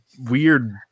weird